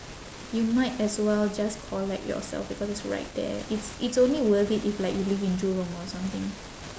you might as well just collect yourself because it's right there it's it's only worth it if like you live in jurong or something